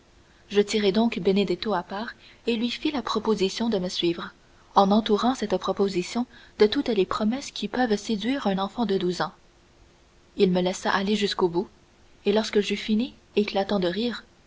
je tirai donc benedetto à part et lui fis la proposition de me suivre en entourant cette proposition de toutes les promesses qui peuvent séduire un enfant de douze ans il me laissa aller jusqu'au bout et lorsque j'eus finis éclatant de rire